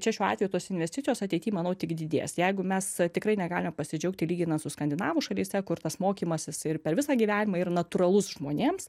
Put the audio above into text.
čia šiuo atveju tos investicijos ateity manau tik didės jeigu mes tikrai negalime pasidžiaugti lyginant su skandinavų šalyse kur tas mokymasis ir per visą gyvenimą ir natūralus žmonėms